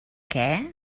què